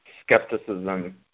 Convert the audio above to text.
skepticism